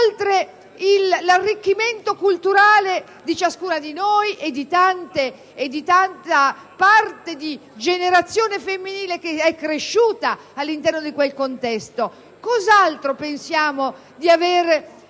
oltre all'arricchimento culturale di ciascuna di noi e di tanta parte di generazione femminile cresciuta all'interno di quel contesto, cos'altro pensiamo di aver